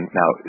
now